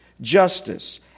justice